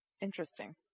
Interesting